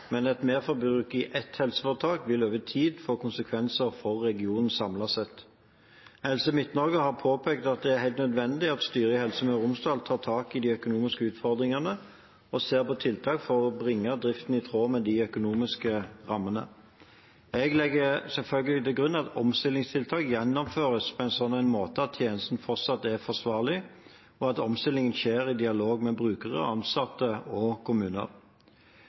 men et merforbruk i ett helseforetak vil over tid få konsekvenser for regionen samlet sett. Helse Midt-Norge har påpekt at det er helt nødvendig at styret i Helse Møre og Romsdal tar tak i de økonomiske utfordringene og ser på tiltak for å bringe driften i tråd med de økonomiske rammene. Jeg legger selvfølgelig til grunn at omstillingstiltak gjennomføres på en slik måte at tjenesten fortsatt er forsvarlig, og at omstillingen skjer i dialog med brukere, ansatte og kommuner.